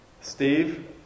Steve